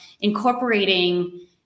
incorporating